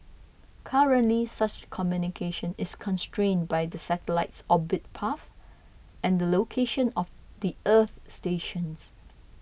currently such communication is constrained by the satellite's orbit path and the location of the earth stations